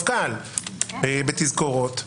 פניתי על זה ללשכת מפכ"ל בתזכורות,